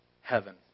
heaven